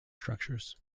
structures